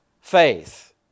faith